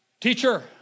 Teacher